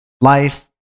life